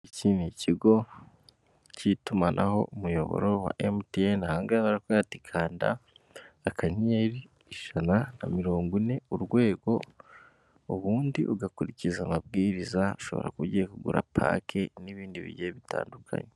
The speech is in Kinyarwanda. Ikindi kigo cy'itumanaho umuyoboro wa mtnqrt kanda akanyeri ijana na mirongo ine urwego ubundi ugakurikiza amabwiriza ushobora kugiye kugura paki n'ibindi bihe bitandukanye.